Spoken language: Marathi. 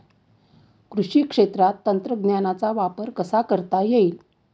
कृषी क्षेत्रात तंत्रज्ञानाचा वापर कसा करता येईल?